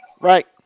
Right